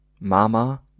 Mama